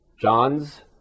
John's